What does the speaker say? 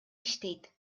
иштейт